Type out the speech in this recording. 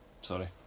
Sorry